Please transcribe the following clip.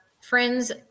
friends